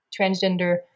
transgender